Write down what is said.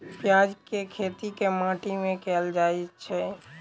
प्याज केँ खेती केँ माटि मे कैल जाएँ छैय?